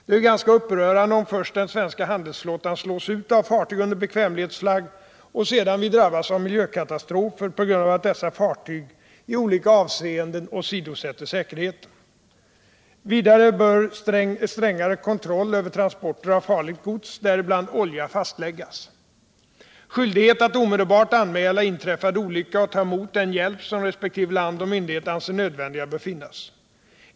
Det är ganska upprörande om först den svenska handelsflottan slås ut av fartyg under bek vämlighetsflagg och vi sedan drabbas av miljökatastrofer på grund av att dessa fartyg i olika avseenden åsidosätter säkerheten. Vidare bör strängare kontroll över transporter av farligt gods, däribland olja, fastläggas. Skyldighet att omedelbart anmäla inträffad olycka och ta emot den hjälp som resp. land och myndighet anser nödvändiga bör finnas.